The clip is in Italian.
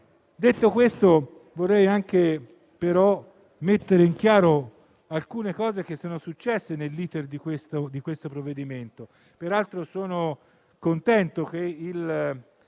Detto questo, vorrei però anche mettere in chiaro alcune cose che sono successe nell'*iter* di questo provvedimento. Peraltro, sono contento che la